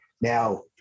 Now